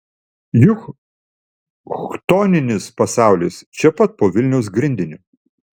juk chtoninis pasaulis čia pat po vilniaus grindiniu